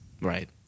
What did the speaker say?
Right